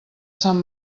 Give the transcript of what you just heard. sant